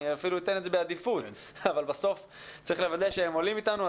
אני אפילו אתן לו עדיפות אבל בסוף צריך לוודא שהם עולים אתנו.